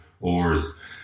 oars